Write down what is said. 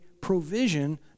provision